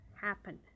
happen